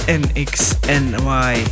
nxny